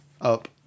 Up